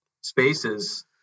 spaces